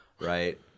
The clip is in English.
right